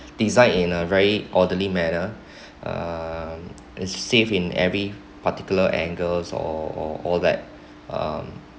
designed in a very orderly manner um is safe in every particular angles or or to that um